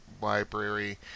library